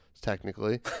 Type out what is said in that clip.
technically